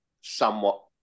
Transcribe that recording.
somewhat